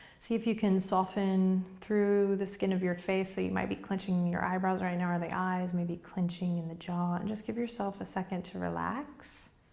see if you can soften through the skin of your face. so you might be clenching your eyebrows right now or the eyes, maybe clenching in the jaw. just give yourself a second to relax